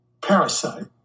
parasite